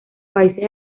países